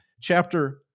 chapter